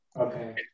Okay